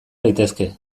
gaitezke